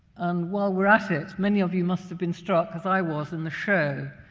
and while we're at it, many of you must've been struck, as i was in the show,